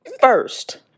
first